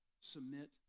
Submit